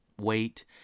weight